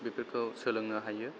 बेफोरखौ सोलोंनो हायो